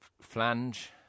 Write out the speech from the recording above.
Flange